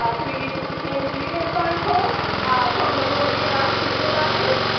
ah through you, mr chair, did you get a phone call from the lord mayor asking you about this?